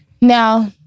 Now